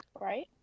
Right